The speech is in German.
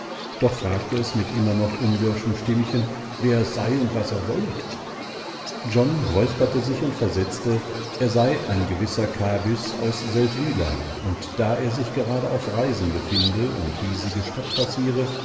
doch fragte es mit immer noch unwirschem stimmchen wer er sei und was er wolle john räusperte sich und versetzte er sei ein gewisser kabys aus seldwyla und da er sich gerade auf reisen befinde und hiesige stadt